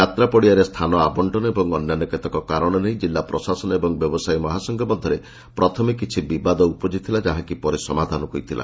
ଯାତ୍ରା ପଡ଼ିଆରେ ସ୍ରାନ ଆବକ୍କନ ଏବଂ ଅନ୍ୟାନ୍ୟ କେତେକ କାରଣ ନେଇ ଜିଲ୍ଲା ପ୍ରଶାସନ ଏବଂ ବ୍ୟବସାୟୀ ମହାସଂଘ ମଧ୍ଧରେ ପ୍ରଥମେ କିଛି ବିବାଦ ଉପୁଜିଥିଲା ଯାହାକି ପରେ ସମାଧାନ ହୋଇଥିଲା